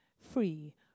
free